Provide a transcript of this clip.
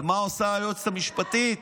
אבל מה עושה היועצת המשפטית?